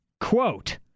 quote